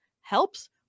helps